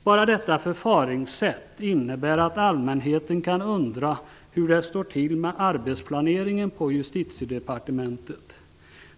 Bara detta förfaringssätt i sig innebär att allmänheten kan undra hur det står till med arbetsplaneringen på Justitiedepartementet.